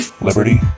liberty